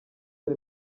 ari